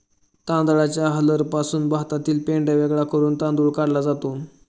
तांदळाच्या हलरपासून भातातील पेंढा वेगळा करून तांदूळ काढला जातो